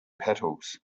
petals